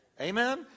Amen